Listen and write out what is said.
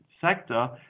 sector